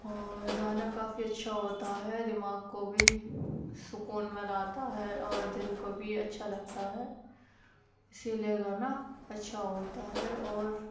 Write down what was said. اور گانا کافی اچھا ہوتا ہے دماغ کو بھی سکون بناتا ہے اور دل کو بھی اچھا لگتا ہے اسی لیے گانا اچھا ہوتا ہے اور